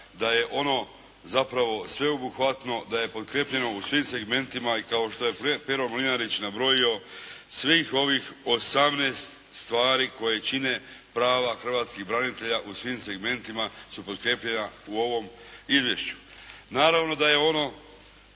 da je ono zapravo sveobuhvatno, da je potkrijepljeno u svim segmentima i kao što je Pero Mlinarić nabrojio, svih ovih 18 stvari koji čine prava hrvatskih branitelja u svim segmentima su potkrijepljena u ovom izvješću. Naravno da je ono